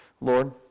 Lord